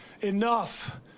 Enough